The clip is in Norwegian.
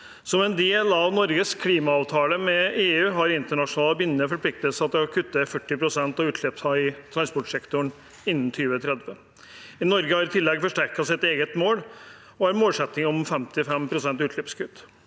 Som en del av Norges klimaavtale med EU har vi internasjonalt bindende forpliktelser til å kutte 40 pst. av utslippene i transportsektoren innen 2030. Norge har i tillegg forsterket sitt eget mål og har en målsetting om 55 pst. utslippskutt.